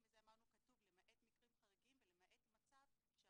וגם הסוגיה של